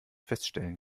feststellen